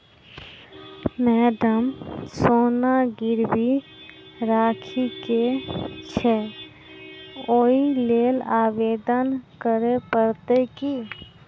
Madam सोना गिरबी राखि केँ छैय ओई लेल आवेदन करै परतै की?